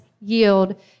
yield